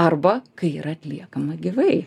arba kai yra atliekama gyvai